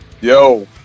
Yo